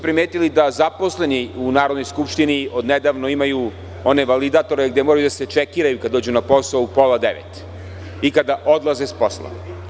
Primetili ste da zaposleni u Narodnoj skupštini od nedavno imaju one validatore gde moraju da se čekiraju kada dođu na posao u 8,30 časova i kada odlaze s posla.